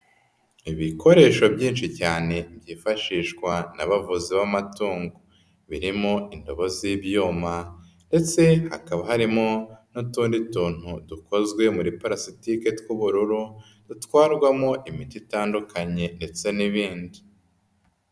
Ibikoresho byinshi cyane byifashishwa n'abavuzi b'amatungo, birimo indobo z'ibyuma ndetse hakaba harimo n'utundi tuntu dukozwe muri pulasitike tw'ubururu, dutwarwamo imiti itandukanye ndetse n'ibindi.